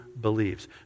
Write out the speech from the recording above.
believes